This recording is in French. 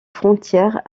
frontière